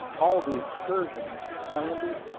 all the excursionists landed,